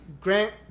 Grant